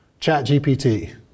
ChatGPT